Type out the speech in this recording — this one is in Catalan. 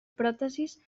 pròtesis